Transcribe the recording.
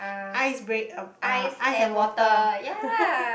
ice bre~ uh uh ice and water